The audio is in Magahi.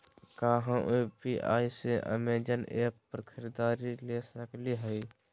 का हम यू.पी.आई से अमेजन ऐप पर खरीदारी के सकली हई?